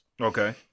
Okay